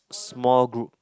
small group